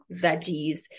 veggies